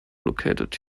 located